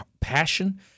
passion